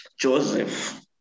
Joseph